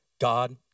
God